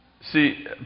See